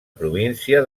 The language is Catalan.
província